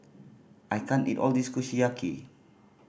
I can't eat all of this Kushiyaki